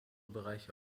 bereiche